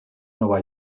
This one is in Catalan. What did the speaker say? nova